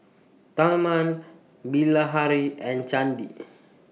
Tharman Bilahari and Chandi